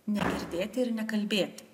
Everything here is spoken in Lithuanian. negirdėti ir nekalbėti